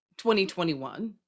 2021